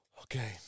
Okay